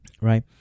right